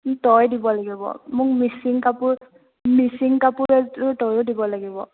তই দিব লাগিব মোক মিচিং কাপোৰ মিচিং কাপোৰ এজোৰ তইও দিব লাগিব